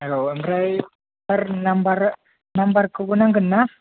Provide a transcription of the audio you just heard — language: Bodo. औ ओमफ्राय सार नाम्बारा नाम्बारखौबो नांगोन ना